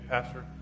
Pastor